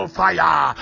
fire